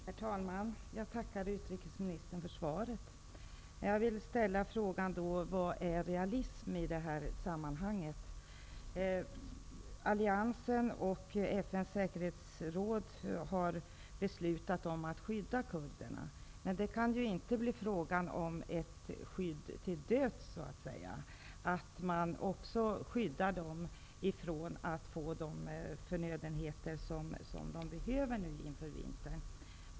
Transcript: Herr talman! Jag tackar utrikesministern för svaret. Jag vill ställa frågan vad realism är i detta sammanhang. Alliansen och FN:s säkerhetsråd har beslutat att skydda kurderna. Men det kan väl inte bli fråga om ett skydd till döds, att man skyddar dem från att få de förnödenheter de behöver inför vintern.